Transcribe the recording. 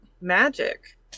magic